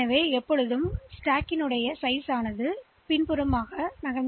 எனவே அடுக்கின் அளவு பொதுவாக கீழ் முகவரியை நோக்கி பின்னோக்கி வளரும்